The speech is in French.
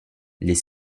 les